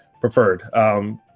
preferred